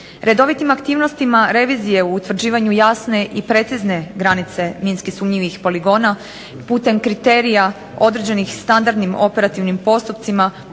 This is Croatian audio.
Redovitim aktivnostima revizije u utvrđivanju jasne i precizne granice minski sumnjivih poligona putem kriterija određenih standardnim operativnim postupcima